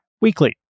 weekly